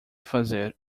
fazer